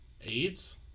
AIDS